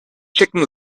chicken